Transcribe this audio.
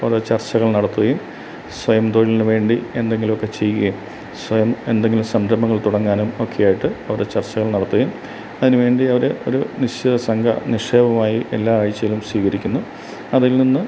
ഓരോരോ ചര്ച്ചകള് നടത്തുകയും സ്വയം തൊഴിലിനു വേണ്ടി എന്തെങ്കിലുമൊക്കെ ചെയ്യുകയും സ്വയം എന്തെങ്കിലും സംരംഭങ്ങള് തുടങ്ങാനും ഒക്കെയായിട്ട് അവിടെ ചര്ച്ചകള് നടത്തുകയും അതിനുവേണ്ടി അവർ ഒരു നിശ്ചയ സംഖ്യ നിക്ഷേപമായി എല്ലാ ആഴ്ചയിലും സ്വീകരിക്കുന്നു അതില് നിന്ന്